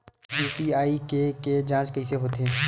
UPI के के जांच कइसे होथे?